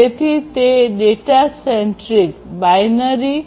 તેથી તે data centric binary